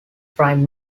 prime